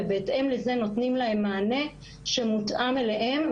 ובהתאם לזה נותנים להם מענה שמותאם להם.